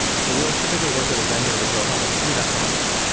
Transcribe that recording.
so we'll typically work with the vendor to go help us through that process.